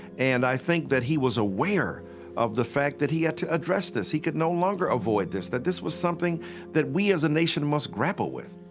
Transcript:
and i think that he was aware of the fact that he had to address this, he could no longer avoid this, that this was something that we as a nation must grapple with.